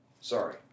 Sorry